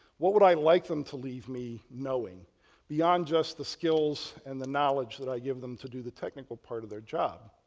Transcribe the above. what would i like them to leave me knowing beyond just the skills and the knowledge that i give them to do the technical part of their job?